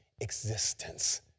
existence